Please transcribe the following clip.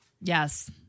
Yes